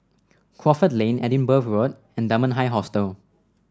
Crawford Lane Edinburgh Road and Dunman High Hostel